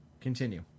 Continue